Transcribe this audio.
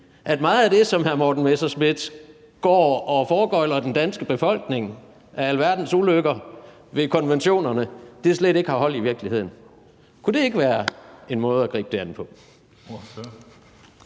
at meget af det, som hr. Morten Messerschmidt går og foregøgler den danske befolkning af alverdens ulykker ved konventionerne, slet ikke har hold i virkeligheden. Kunne det ikke være en måde at gribe det an på?